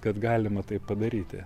kad galima taip padaryti